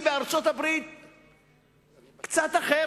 ובארצות-הברית יש נשיא קצת אחר,